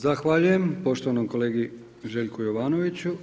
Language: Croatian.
Zahvaljujem poštovanom kolegi Željku Jovanoviću.